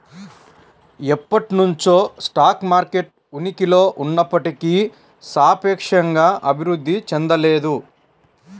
ఎప్పటినుంచో stock market ఉనికిలో ఉన్నప్పటికీ సాపేక్షంగా అభివృద్ధి చెందలేదు